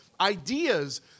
ideas